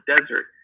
desert